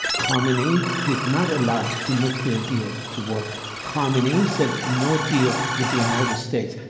khomeini did not allow the nuclear deal to work. khomeini said, no deal with the united states.